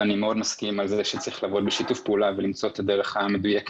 אני מאוד מסכים שצריך לעבוד בשיתוף פעולה ולמצוא את הדרך המדויקת.